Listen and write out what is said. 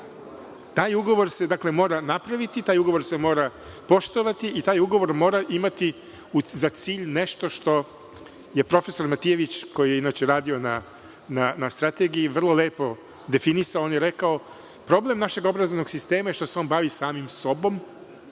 Taj ugovor se dakle, mora napraviti, taj ugovor se mora poštovati i taj ugovor mora imati za cilj nešto što je profesor Matijević koji je inače radio na strategiji vrlo lepo definisao, on je rekao - problem naše obrazovnog sistema je što se on bavi samim sobom,